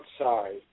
outside